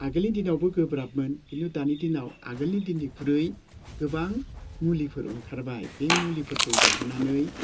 आगोलनि दिनावबो गोब्राबमोन खिन्थु दानि दिनाव आगोलनि दिननिख्रुइ गोबां मुलिफोर ओंखारबाय बे मुलिफोखौ जाहोनानै